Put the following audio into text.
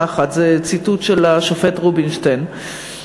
אחת" זה ציטוט של השופט רובינשטיין,